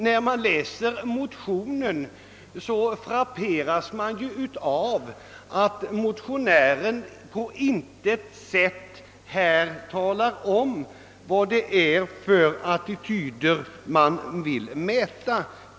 När man läser motionen frapperas man av att motionärerna på intet sätt talar om vilka attityder man vill mäta.